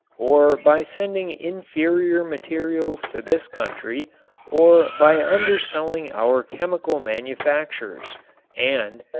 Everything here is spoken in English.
or by sending inferior materials to this country or by underselling our chemical manufacturers and,